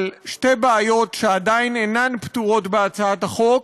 שתי בעיות שעדיין אינן פתורות בהצעת החוק,